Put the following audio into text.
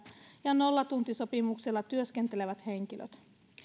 ja nollatuntisopimuksella työskentelevät henkilöt